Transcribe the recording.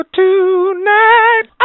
tonight